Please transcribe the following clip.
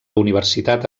universitat